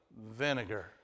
Vinegar